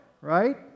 right